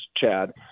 Chad